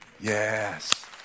Yes